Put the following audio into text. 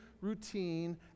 routine